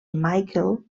michael